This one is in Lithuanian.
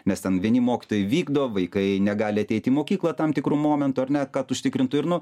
nes ten vieni mokytojai vykdo vaikai negali ateit į mokyklą tam tikru momentu ar ne kad užtikrintų ir nu